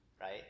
right